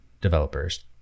developers